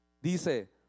Dice